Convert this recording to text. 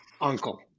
uncle